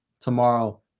tomorrow